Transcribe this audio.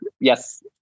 Yes